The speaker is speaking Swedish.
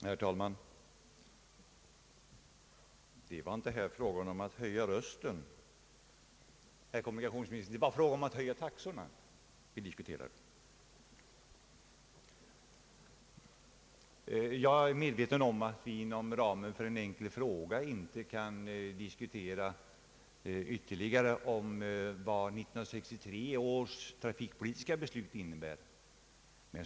Herr talman! Det var inte här fråga om att höja rösten, herr kommunikationsminister, utan bara om att höja taxorna! Det är det senare vi diskuterar. Jag är medveten om att vi inom ramen för en enkel fråga inte kan ytterligare diskutera vad 1963 års trafikpolitiska beslut innebär.